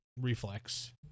reflex